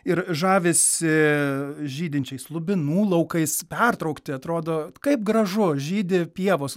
ir žavisi žydinčiais lubinų laukais pertraukti atrodo kaip gražu žydi pievos